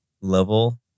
level